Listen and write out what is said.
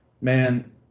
Man